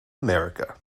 america